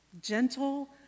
gentle